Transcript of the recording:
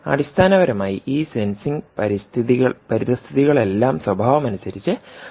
അടിസ്ഥാനപരമായി ഈ സെൻസിംഗ് പരിതസ്ഥിതികളെല്ലാം സ്വഭാവമനുസരിച്ച് അനലോഗ് ആണ്